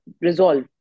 resolve